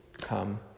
come